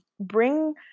bring